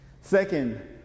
Second